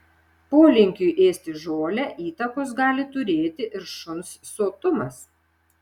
polinkiui ėsti žolę įtakos gali turėti ir šuns sotumas